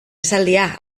esaldia